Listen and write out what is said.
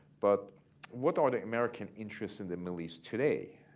but what are the american interests in the middle east today,